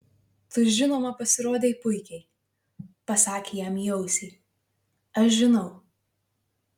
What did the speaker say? tu žinoma pasirodei puikiai pasakė jam į ausį aš žinau